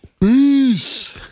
Peace